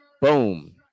Boom